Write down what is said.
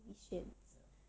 你选择